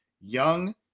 young